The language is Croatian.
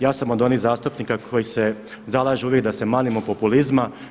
Ja sam od onih zastupnika koji se zalažu uvijek da se manimo populizma.